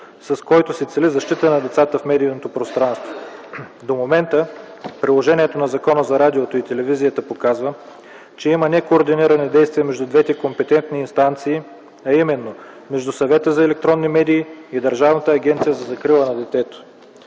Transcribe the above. с който се цели защита на децата в медийното пространство. До момента приложението на Закона за радиото и телевизията показва, че има некоординирани действия между двете компетентни инстанции, а именно между Съвета за електронни медии и Държавната агенция за закрила на детето.